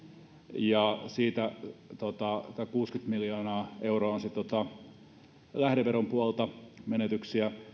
ja siitä kuusikymmentä miljoonaa euroa on lähdeveron puolelta menetyksiä